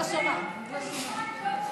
לא שומעת.